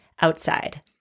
outside